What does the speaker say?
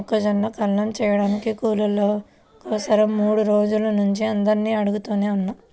మొక్కజొన్న కల్లం చేయడానికి కూలోళ్ళ కోసరం మూడు రోజుల నుంచి అందరినీ అడుగుతనే ఉన్నా